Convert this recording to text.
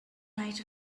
night